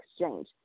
exchange